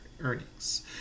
earnings